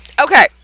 okay